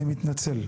אני מתנצל,